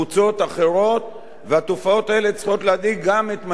והתופעות האלה צריכות להדאיג גם את מנהיגי הרחוב הערבי.